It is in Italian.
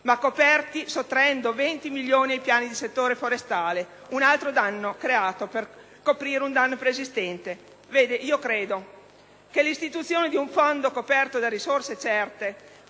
che sottrae 20 milioni ai piani di settore forestali, un altro danno creato per coprire un danno preesistente. Credo che l'istituzione di un fondo coperto con risorse certe,